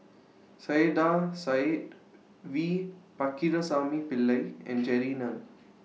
Saiedah Said V Pakirisamy Pillai and Jerry Ng